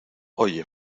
oye